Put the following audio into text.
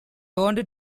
wanted